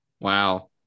wow